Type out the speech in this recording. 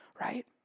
right